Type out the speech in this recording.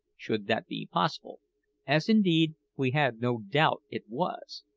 should that be possible as, indeed, we had no doubt it was.